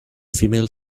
female